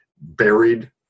buried